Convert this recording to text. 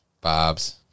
Bob's